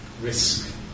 risk